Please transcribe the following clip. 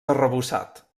arrebossat